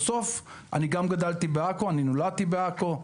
אני נולדתי וגדלתי בעכו,